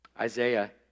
Isaiah